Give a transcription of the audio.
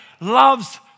loves